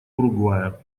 уругвая